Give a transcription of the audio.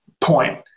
point